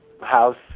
house